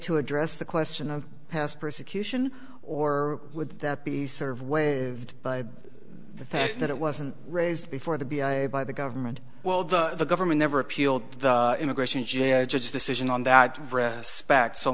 to address the question of past persecution or would that be serve with but the fact that it wasn't raised before the b a a by the government well the government never appealed to the immigration judge a decision on that respect so